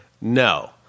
No